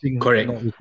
correct